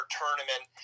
tournament